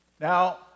Now